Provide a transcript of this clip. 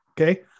okay